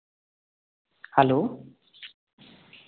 hello